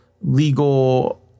legal